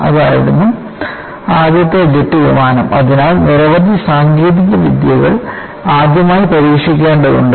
അതായിരുന്നു ആദ്യത്തെ ജെറ്റ് വിമാനം അതിനാൽ നിരവധി സാങ്കേതികവിദ്യകൾ ആദ്യമായി പരീക്ഷിക്കേണ്ടതുണ്ട്